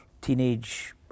teenage